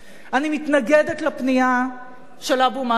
אני מתנגדת לפנייה של אבו מאזן לאו"ם,